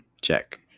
Check